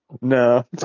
no